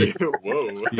Whoa